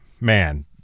man